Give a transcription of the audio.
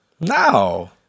No